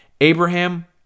Abraham